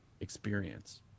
experience